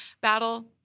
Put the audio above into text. battle